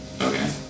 Okay